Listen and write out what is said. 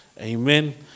Amen